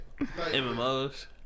mmos